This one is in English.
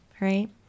right